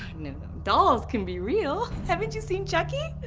no, dolls can be real. haven't you seen chucky?